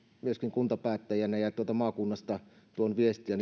myöskin kuntapäättäjänä ja ja maakunnasta tuon viestiä